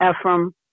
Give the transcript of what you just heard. Ephraim